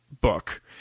book